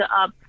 up